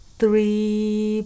three